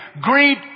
Greet